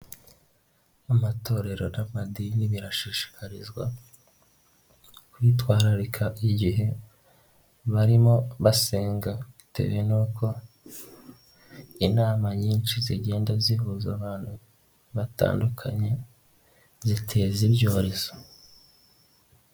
Amatorero n'amadini birashishikarizwa kwitwararika igihe barimo basenga bitewe n'uko inama nyinshi zigenda zihuza abantu batandukanye ziteza ibyorezo.